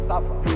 Suffer